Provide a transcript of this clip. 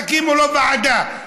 תקימו לו ועדה.